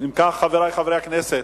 חברי חברי הכנסת,